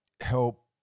help